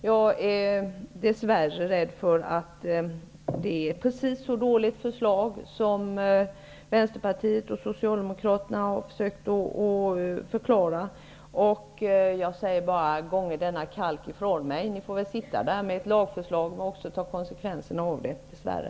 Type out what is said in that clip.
Jag är dess värre rädd för att förslaget är precis så dåligt som Vänsterpartiet och Socialdemokraterna har försökt förklara. Jag säger bara: Gånge denna kalk ifrån mig. Ni får väl sitta där med ert lagförslag och ta konsekvenserna av det, dess värre.